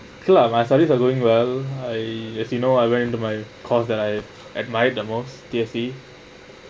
okay lah my studies are going well I just you know I went into my course that I admire the most T_S_C